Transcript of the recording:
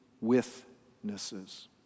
witnesses